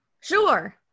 Sure